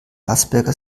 asperger